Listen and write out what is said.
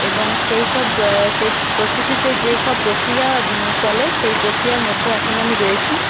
এবং সেই সব সেই প্রস্তুতিতে যেসব প্রক্রিয়া চলে সেই প্রক্রিয়ার মধ্যে এখন আমি রয়েছি